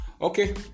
okay